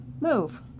move